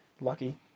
lucky